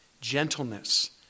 gentleness